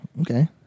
Okay